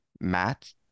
Matt